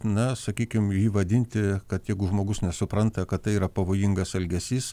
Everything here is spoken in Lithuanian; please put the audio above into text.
na sakykim jį vadinti kad jeigu žmogus nesupranta kad tai yra pavojingas elgesys